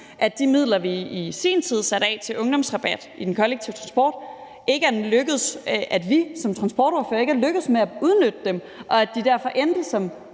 de midler, vi i sin tid satte af til ungdomsrabat i den kollektive transport, og at de derfor endte som